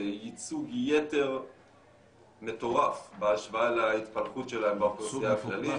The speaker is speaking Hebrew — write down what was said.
זה ייצוג יתר מטורף בהשוואה להתפלגות שלהם באוכלוסייה הכללית.